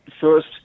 first